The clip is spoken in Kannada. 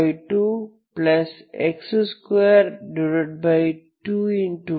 y1x 1 x2x22